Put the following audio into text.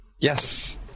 Yes